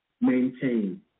maintain